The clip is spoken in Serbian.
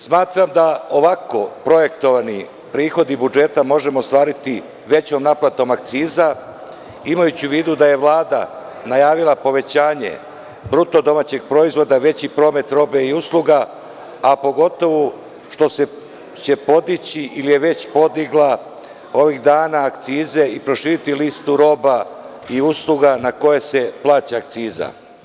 Smatram da ovako projektovani prihodi budžeta možemo ostvariti većom naplatom akciza, imajući u vidu da je Vlada najavila povećanje BDP-a, veći promet robe i usluga, a pogotovo što će podići ili je već podigla ovih dana akcize i proširiti listu roba i usluga na koje se plaća akciza.